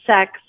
sex